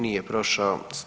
Nije prošao.